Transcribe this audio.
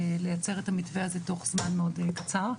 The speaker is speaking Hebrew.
לייצר את המתווה הזה תוך זמן מאוד קצר.